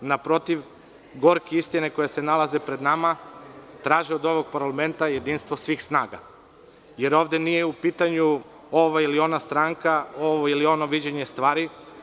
Naprotiv, gorke istine koje se nalaze pred nama traže od ovog parlamenta jedinstvo svih snaga, jer ovde nije u pitanju ova ili ona stranka, ovo ili ono viđenje stvari.